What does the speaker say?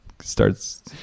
starts